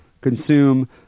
consume